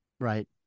right